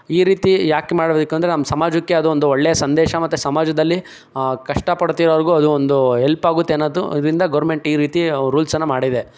ಈ ರೀತಿ ಯಾಕೆ ಮಾಡಬೇಕು ಅಂದರೆ ನಮ್ಮ ಸಮಾಜಕ್ಕೆ ಅದು ಒಂದು ಒಳ್ಳೆಯ ಸಂದೇಶ ಮತ್ತೆ ಸಮಾಜದಲ್ಲಿ ಕಷ್ಟಪಡ್ತಿರೋರಿಗೂ ಅದು ಒಂದು ಹೆಲ್ಪಾಗುತ್ತೆ ಅನ್ನೋದು ಇದರಿಂದ ಗವರ್ನ್ಮೆಂಟ್ ಈ ರೀತಿ ರೂಲ್ಸನ್ನು ಮಾಡಿದೆ